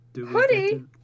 Hoodie